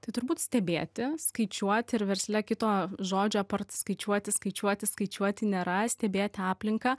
tai turbūt stebėti skaičiuoti ir versle kito žodžio apart skaičiuoti skaičiuoti skaičiuoti nėra stebėti aplinką